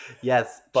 yes